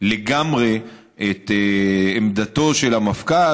לגמרי את עמדתו של המפכ"ל,